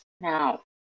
Now